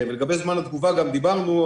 לגבי זמן התגובה גם דיברנו.